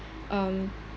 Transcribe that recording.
um